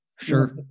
Sure